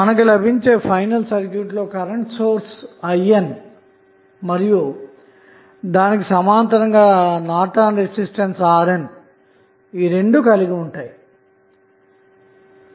మనకు లభించే final circuit లో కరెంటు సోర్స్ INమరియు దానికి సమాంతరంగా నార్టన్ రెసిస్టెన్స్ RNఉంటాయన్నమాట